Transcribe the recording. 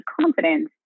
confidence